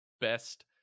best